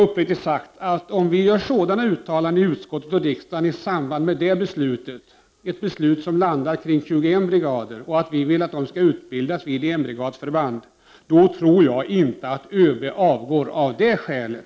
Uppriktigt sagt: Om vi gör sådana uttalanden i utskottet och i riksdagen i samband med ett beslut som landar kring 21 brigader och vill att dessa skall utbildas vid enbrigadsförband, tror jag inte att ÖB avgår av det skälet.